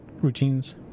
routines